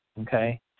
Okay